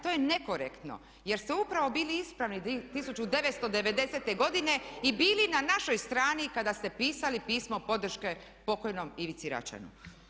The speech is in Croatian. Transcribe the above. To je nekorektno jer ste upravo bili ispravni 1990. godine i bili na našoj strani kada ste pisali pismo podrške pokojnom Ivici Račanu.